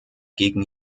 gegen